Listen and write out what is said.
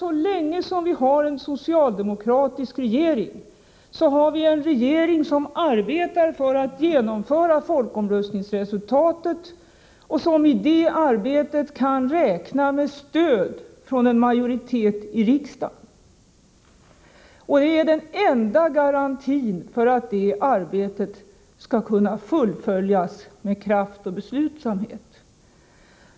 Så länge vi har en socialdemokratisk regering har vi nämligen en regering som arbetar för att genomföra folkomröstningsresultatet, och som i det arbetet kan räkna med stöd från en majoritet i riksdagen samt är den enda garantin för att det arbetet skall kunna fullföljas med kraft och beslutsamhet.